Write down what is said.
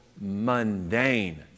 mundane